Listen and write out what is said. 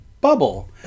bubble